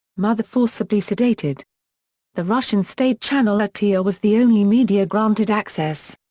mother forcibly sedated the russian state channel rtr was the only media granted access.